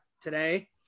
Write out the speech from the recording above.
today